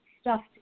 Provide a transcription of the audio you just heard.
stuffed